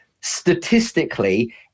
statistically